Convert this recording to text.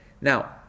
now